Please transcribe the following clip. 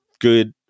good